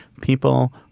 people